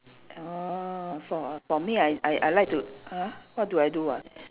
orh for for me I I I like to !huh! what do I do ah